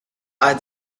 are